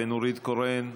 נורית קורן,